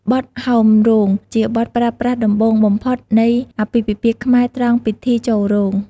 បទហោមរោងជាបទប្រើប្រាស់ដំបូងបំផុតនៃអាពាពិពាហ៍ខ្មែរត្រង់ពិធីចូលរោង។